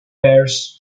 bears